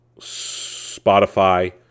Spotify